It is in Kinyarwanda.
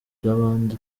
by’abandi